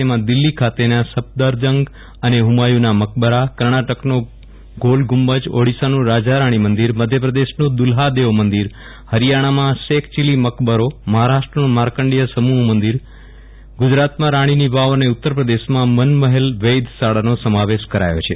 તેમાં દિલ્લી ખાતેના સફદરજંગ અને હુમાયુના મકબરા કર્ણાટકનો ગોલગુંબજ ઓડિશાનું રાજારાણી મંંદિર મધ્યપ્રદેશનું દુલ્હાદેવ મંદિર હરિયાણામાં શેખ ચીલી મકબરો મહારાષ્ટ્રનું માર્કજે સમૂહ મંદિર ગુજરાતમાં રાણીની વાવ અને ઉત્તરપ્રદેશમાં મન મહલ વૈદશાળાનો સમાવેશ કરાયો છે